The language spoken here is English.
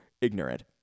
ignorant